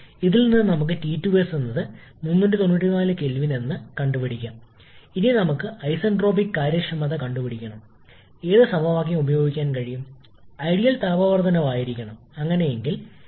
അതിനാൽ നമ്മൾ ചെയ്യുന്നതെന്താണെന്ന് ഇന്റർകൂളിംഗ് ചെയ്യുന്നത് നമ്മൾ ഒരു ഘട്ടത്തിലേക്ക് വികസിപ്പിക്കുകയാണ് തുടർന്ന് നമ്മൾ ഇന്റർകൂളിംഗ് ചെയ്യുന്നു അതിനാൽ താപനില പ്രാരംഭ താപനിലയിലേക്ക് മടങ്ങുന്നു